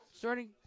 Starting